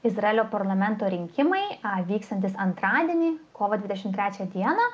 izraelio parlamento rinkimai vyksiantys antradienį kovo dvidešimt trečią dieną